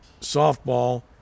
softball